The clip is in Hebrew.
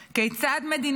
כיצד מדינות